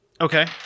Okay